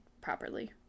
properly